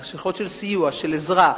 של עזרה,